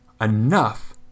enough